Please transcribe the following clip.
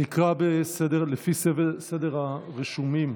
נקרא לפי סדר הרשומים.